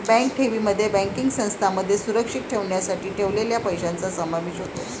bank ठेवींमध्ये banking संस्थांमध्ये सुरक्षित ठेवण्यासाठी ठेवलेल्या पैशांचा समावेश होतो